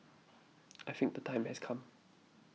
I think the time has come